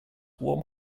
warm